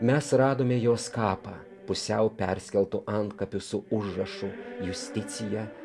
mes radome jos kapą pusiau perskeltu antkapiu su užrašu justicija